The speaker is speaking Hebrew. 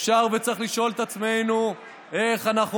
אפשר וצריך לשאול את עצמנו איך אנחנו